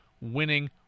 winning